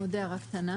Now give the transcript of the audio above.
עוד הערה קטנה.